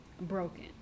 broken